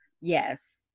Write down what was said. Yes